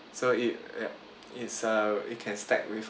so it ya it's uh it can stack with all